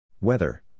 Weather